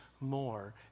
more